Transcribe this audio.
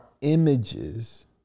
images